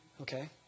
Okay